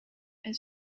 est